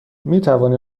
میتوانی